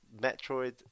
Metroid